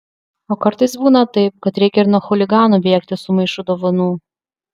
o kartais būna taip kad reikia ir nuo chuliganų bėgti su maišu dovanų